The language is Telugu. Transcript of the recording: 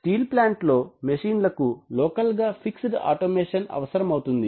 స్టీల్ ప్లాంట్ లో మెషిన్ లకు లోకల్ గా ఫిక్సెడ్ ఆటోమేషన్ అవసరమవుతుంది